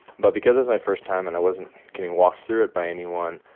but because it's my first time and i wasn't getting walked through it by anyone,